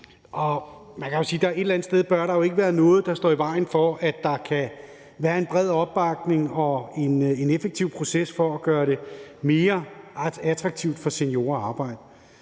Man kan sige, at et eller andet sted bør der jo ikke være noget, der står i vejen for, at der kan være en bred opbakning og en effektiv proces for at gøre det mere attraktivt for seniorer at arbejde.